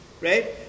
right